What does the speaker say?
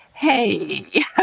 hey